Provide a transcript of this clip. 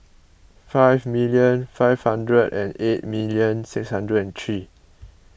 five million five hundred and eight million six hundred and three